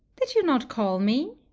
did you not call me?